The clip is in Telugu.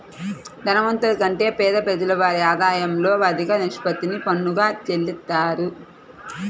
ధనవంతుల కంటే పేద ప్రజలు వారి ఆదాయంలో అధిక నిష్పత్తిని పన్నుగా చెల్లిత్తారు